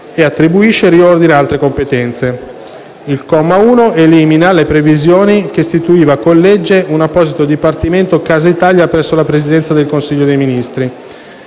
e attribuisce e riordina altre competenze. Il comma 1 elimina la previsione che istituiva con legge un apposito Dipartimento Casa Italia presso la Presidenza del Consiglio dei ministri.